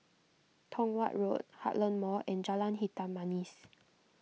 Tong Watt Road Heartland Mall and Jalan Hitam Manis